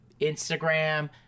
Instagram